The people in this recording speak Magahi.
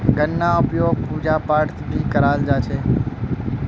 गन्नार उपयोग पूजा पाठत भी कराल जा छे